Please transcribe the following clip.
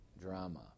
drama